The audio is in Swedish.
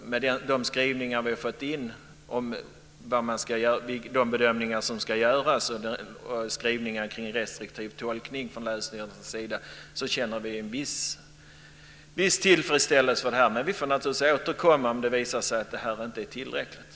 Med de skrivningar som vi har fått in om de bedömningar som ska göras och om en restriktiv tolkning från länsstyrelsernas sida känner vi en viss tillfredsställelse över det här, men vi får naturligtvis återkomma om det visar sig att detta inte är tillräckligt.